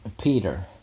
Peter